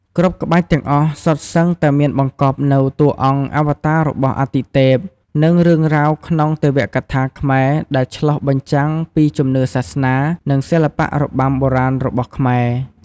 គ្រប់ក្បាច់ទាំងអស់សុទ្ធសឹងតែមានបង្កប់នូវតួអង្គអវតាររបស់អទិទេព និងរឿងរ៉ាវក្នុងទេវកថាខ្មែរ ដែលឆ្លុះបញ្ចាំងពីជំនឿសាសនា និងសិល្បៈរបាំបុរាណរបស់ខ្មែរ។